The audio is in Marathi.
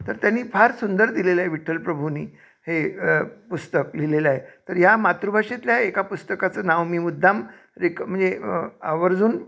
तर त्यांनी फार सुंदर दिलेलं आहे विठ्ठल प्रभूनी हे पुस्तक लिहिलेलं आहे तर ह्या मातृभाषेतल्या एका पुस्तकाचं नाव मी मुद्दाम रेक म्हणजे आवर्जून